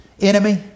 enemy